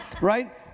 Right